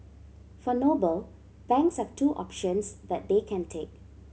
for Noble banks have two options that they can take